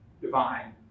divine